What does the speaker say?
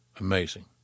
amazing